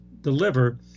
deliver